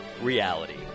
reality